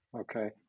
okay